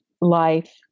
life